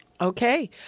Okay